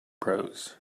prose